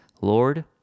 Lord